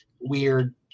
Weird